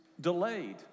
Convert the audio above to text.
delayed